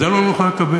את זה אני לא מוכן לקבל.